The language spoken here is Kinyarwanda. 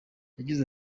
yagize